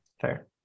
fair